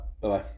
Bye-bye